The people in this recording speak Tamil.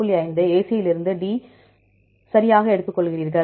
5 ஐ AC யிலிருந்து D சரியாக எடுத்துக்கொள்கிறீர்கள்